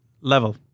level